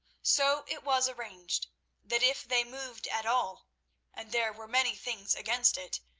so it was arranged that if they moved at all and there were many things against it,